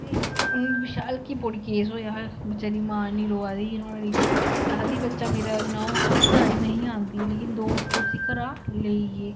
ते हून हरकी पौड़ी इक केस होआ हा पिच्छे जेही मां इन्नी रोआ दी ही नुआढ़ी ते आक्खदी बच्चा मेरा इन्ना ओह् हा तारी नेईं ही आंदी नेईं हा दोस्त उसी घरा लेई गे